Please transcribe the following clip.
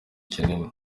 kinini